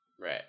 Right